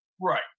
Right